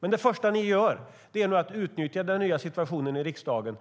Men det första ni gör är att utnyttja den nya situationen i riksdagen.